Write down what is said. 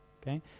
okay